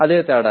అదే తేడా